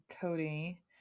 cody